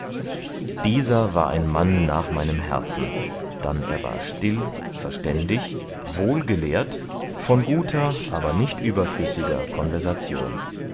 dieser war ein mann nach meinem herzen dann er war still verständig wohlgelehrt von guter aber nicht überflüssiger konversation